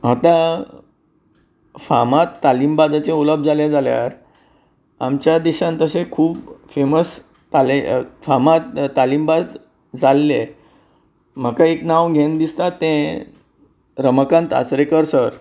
आतां फामाद तालिम बाजाचे उलोवप जाले जाल्यार आमच्या देशान तशें खूब फेमस फामाद तालिमबाज जाल्ले म्हाका एक नांव घेन दिसतां तें रमाकांत आसरेकर सर